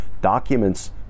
documents